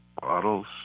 bottles